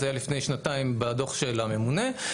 הדברים האלה